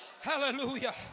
Hallelujah